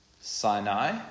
Sinai